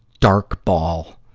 dark ball.